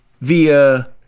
via